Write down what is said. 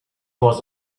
was